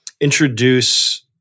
introduce